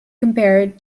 compared